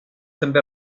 també